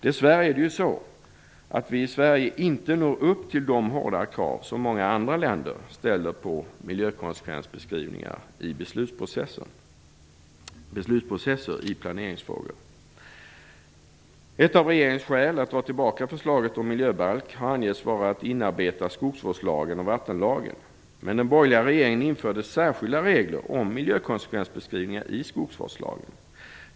Dess värre är det ju så, att vi i Sverige inte når upp till de hårdare krav som många andra länder ställer på miljökonsekvensbeskrivningar i beslutsprocesser i planeringsfrågor. Ett av regeringens skäl att dra tillbaka förslaget om miljöbalk har angetts vara att inarbeta skogsvårdslagen och vattenlagen. Men den borgerliga regeringen införde särskilda regler om miljökonsekvensbeskrivning i skogsvårdslagen.